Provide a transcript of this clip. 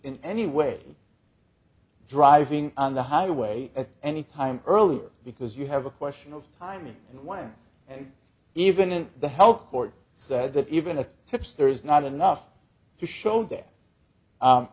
in any way driving on the highway at any time earlier because you have a question of timing and when and even in the health court said that even a tipster is not enough to show that